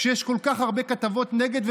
כשיש כל כך הרבה כתבות נגד,